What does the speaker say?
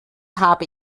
habe